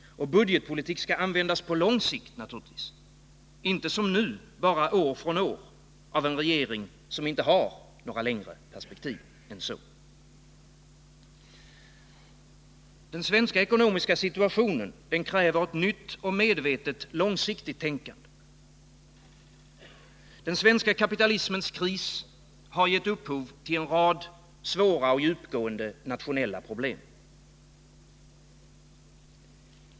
Men budgetpolitik skall naturligtvis användas på lång sikt, inte som nu bara år från år därför att vi har en regering som inte har några längre perspektiv än så. Den ekonomiska situationen i Sverige kräver ett nytt och medvetet långsiktigt tänkande. Den svenska kapitalismens kris har gett upphov till en rad svåra och djupgående nationella problem.